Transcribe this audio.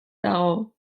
dago